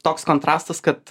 toks kontrastas kad